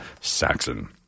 Saxon